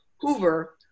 Hoover